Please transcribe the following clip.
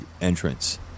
entrance